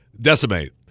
Decimate